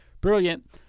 brilliant